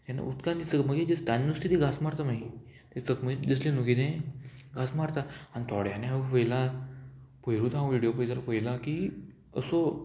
तेन्ना उदकान दिसता मागीर नुस्तीं घांस मारता मागीर तें चकमकीत दिसलें न्हू कितें घांस मारता आनी थोड्यांनी हांवें पयलां पयरूच हांव व्हिडियो पयला की असो